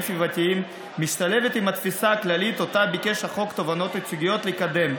סביבתיים משתלבת עם התפיסה הכללית שאותה ביקש חוק תובענות ייצוגיות לקדם: